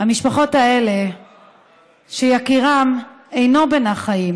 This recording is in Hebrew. המשפחות האלה שיקירן אינו בין החיים,